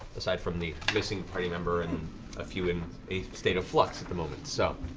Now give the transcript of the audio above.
aside from the missing party member and a few in a state of flux at the moment. so,